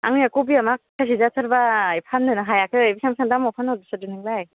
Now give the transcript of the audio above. आंनिया खबिया माखासे जाथारबाय फाननोनो हायाखै बेसां दामाव फानहरसोदों नोंलाय